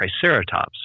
Triceratops